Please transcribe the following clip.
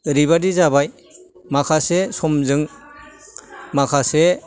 ओरैबायदि जाबाय माखासे समजों माखासे